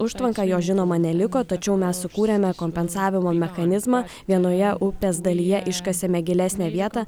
užtvanką jos žinoma neliko tačiau mes sukūrėme kompensavimo mechanizmą vienoje upės dalyje iškasėme gilesnę vietą